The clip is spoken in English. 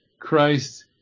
christ